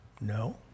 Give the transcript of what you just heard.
No